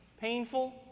painful